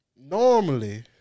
normally